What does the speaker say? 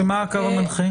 מה הקו המנחה?